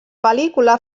pel·lícula